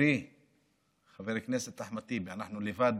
חברי חבר הכנסת אחמד טיבי, אנחנו לבד,